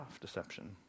deception